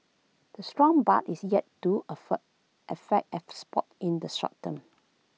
A strong baht is yet to affect affect exports in the short term